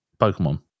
Pokemon